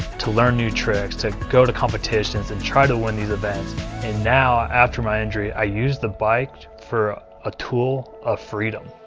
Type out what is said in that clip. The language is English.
to learn new tricks, to go to competitions and try to win these events and now, after my injury, i use the bike for a tool of freedom.